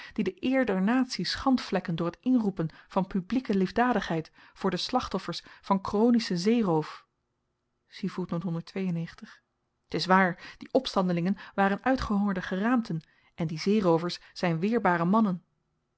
die de eer der natie schandvlekken door t inroepen van publieke liefdadigheid voor de slachtoffers van kronischen zeeroof t is waar die opstandelingen waren uitgehongerde geraamten en die zeeroovers zyn weerbare mannen